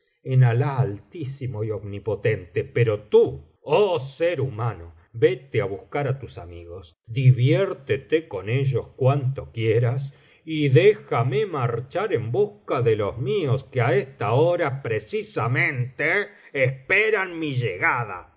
en alah altísimo y omnipotente pero tú oh ser humano vete á buscar á tus amigos diviértete con ellos cuanto quieras y déjame marchar en busca de los míos que á esta hora precisamente eslieran mi llegada